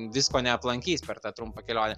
visko neaplankys per tą trumpą kelionę